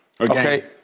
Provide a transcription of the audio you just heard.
Okay